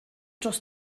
dros